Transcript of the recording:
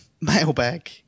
mailbag